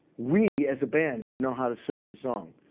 we, as a band, didn't know how to serve the song.